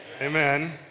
Amen